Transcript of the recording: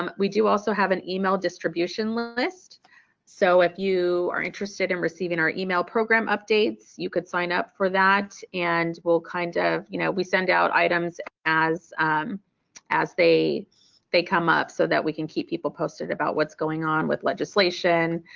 um we do also have an email distribution list so if you are interested in receiving our email program updates, you could sign up for that and we'll kind of you know we send out items as as they they come up so that we can keep people posted about what's going on with legislation